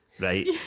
right